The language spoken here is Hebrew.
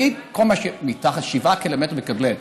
ולהגיד: כל מה שמתחת לשבעה קילומטר מקבל.